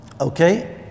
Okay